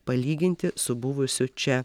palyginti su buvusiu čia